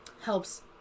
helps